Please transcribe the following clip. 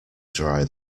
dry